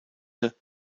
hatte